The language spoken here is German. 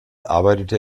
arbeitete